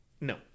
no